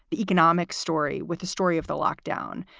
the economic story with the story of the lockdown.